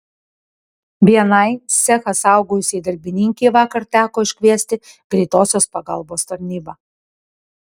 vienai cechą saugojusiai darbininkei vakar teko iškviesti greitosios pagalbos tarnybą